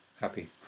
happy